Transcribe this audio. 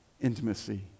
intimacy